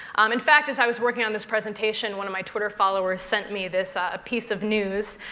um in fact, as i was working on this presentation, one of my twitter followers sent me this piece of news.